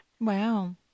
Wow